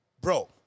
Bro